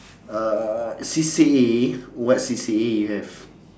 uh C_C_A what C_C_A you have